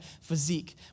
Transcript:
physique